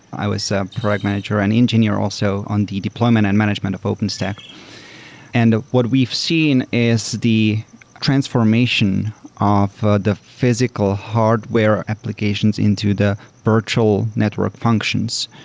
i was ah product manager and engineer also on the deployment and management of open stack. and what we've seen is the transformation of ah the physical hardware applications into the virtual network functions.